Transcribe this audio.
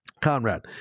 Conrad